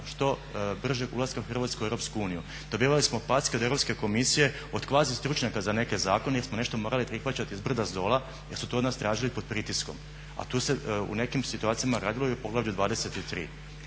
što bržeg ulaska Hrvatske u EU. Dobivali smo packe od Europske komisije od kvazi stručnjaka za neke zakone jer smo nešto morali prihvaćati s brda, s dola jer su to od nas tražili pod pritiskom a tu se u nekim situacijama radilo i o Poglavlju